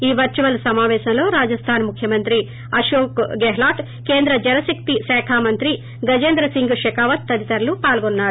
ఈ వర్సువల్ సమావేశంలో రాజస్దాన్ ముఖ్యమంత్రి అశోక్ గెహ్లాట్ కేంద్ర జలశక్తి శాఖ మంత్రి గజేంద్రసింగ్ షెకావత్ తదితరులు పాల్గొన్నారు